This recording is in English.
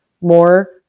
more